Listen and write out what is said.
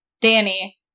Danny